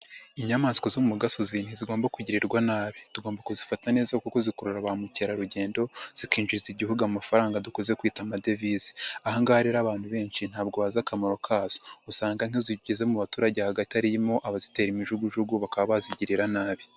Inyamaswa zo mu gasozi ntizigomba kugirirwa nabi tugomba kuzifata neza kuko zikurura ba mukerarugendo zikinjiriza igihugu amafaranga dukunze kwita amadevize, aha ngaha rero abantu benshi ntabwo bazi akamaro kazo usanga nk'iyo zigeze mu baturage hagati harimo abazitera imijugujugu bakaba bazigirira nabi.